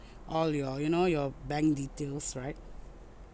all your you know your bank details right